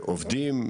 ועובדים,